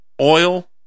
oil